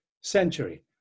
century